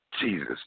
Jesus